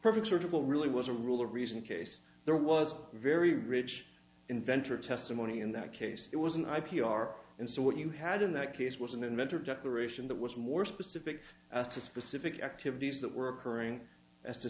perfect surgical really was a rule of reason case there was a very rich inventor testimony in that case it was an i p r and so what you had in that case was an inventor declaration that was more specific to specific activities that were occurring as t